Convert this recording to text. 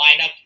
lineup